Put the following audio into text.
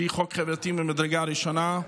שהוא חוק חברתי ממדרגה ראשונה.